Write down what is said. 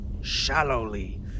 shallowly